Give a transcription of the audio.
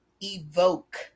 Evoke